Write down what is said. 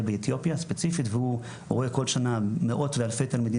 באתיופיה ספציפית והוא רואה כל שנה מאות ואלפי תלמידים